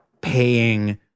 paying